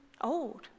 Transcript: old